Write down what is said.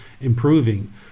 improving